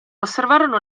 osservarono